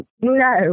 No